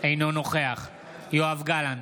אינו נוכח יואב גלנט,